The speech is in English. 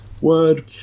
Word